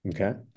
Okay